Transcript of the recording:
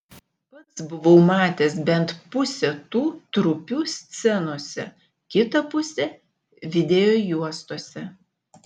pats buvau matęs bent pusę tų trupių scenose kitą pusę videojuostose